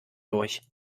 durch